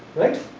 right.